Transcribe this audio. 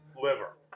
liver